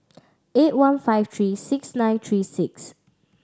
eight one five three six nine three six